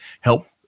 help